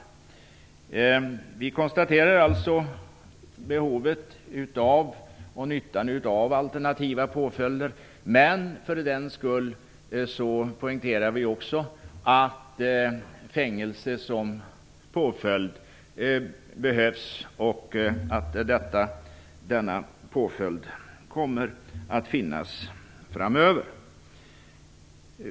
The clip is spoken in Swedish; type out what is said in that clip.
Vi konstaterar alltså behovet och nyttan av alternativa påföljder, men för den skull poängterar vi också att fängelse som påföljd behövs och skall finnas framöver.